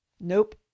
Nope